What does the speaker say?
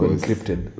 Encrypted